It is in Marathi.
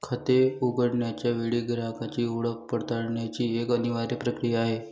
खाते उघडण्याच्या वेळी ग्राहकाची ओळख पडताळण्याची एक अनिवार्य प्रक्रिया आहे